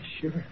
sure